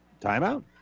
timeout